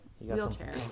wheelchair